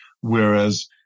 whereas